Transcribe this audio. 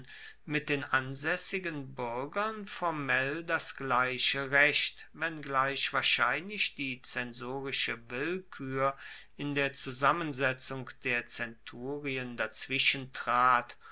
mit den ansaessigen buergern formell das gleiche recht wenngleich wahrscheinlich die zensorische willkuer in der zusammensetzung der zenturien dazwischen trat